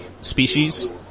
species